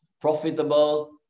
profitable